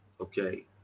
Okay